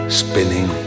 spinning